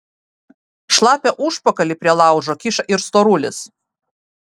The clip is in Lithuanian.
šlapią užpakalį prie laužo kiša ir storulis